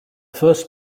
first